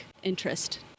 interest